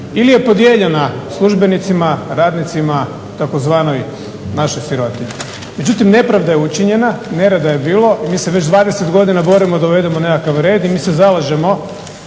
ili je podijeljena službenicima, radnicima, tzv. našoj sirotinji. Međutim nepravda je učinjena i nerada je bilo. Mi se već 20 godina borimo da uvedemo nekakav red i mi se zalažemo